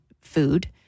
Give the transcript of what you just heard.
food